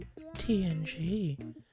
TNG